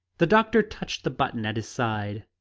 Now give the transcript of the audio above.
the doctor touched the button at his side,